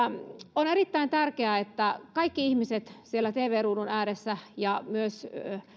on erittäin tärkeää että hallitus tiedottaa ja kaikki ihmiset siellä tv ruudun ääressä myös